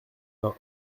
vingt